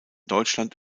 deutschland